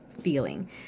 feeling